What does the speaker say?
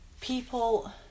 people